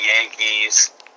Yankees